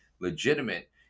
legitimate